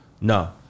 no